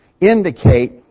indicate